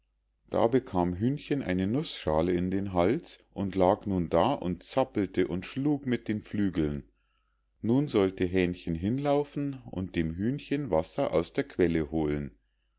da bekam hühnchen eine nußschale in den hals und lag nun da und zappelte und schlug mit den flügeln nun sollte hähnchen hinlaufen und dem hühnchen wasser aus der quelle holen